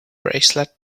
bracelet